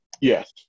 Yes